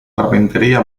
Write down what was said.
carpintería